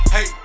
Hey